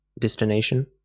destination